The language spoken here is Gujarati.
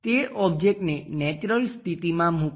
તે ઓબ્જેક્ટને નેચરલ સ્થિતિમાં મૂકો